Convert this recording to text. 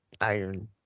iron